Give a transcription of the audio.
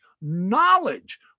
knowledge